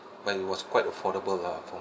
but it was quite affordable lah for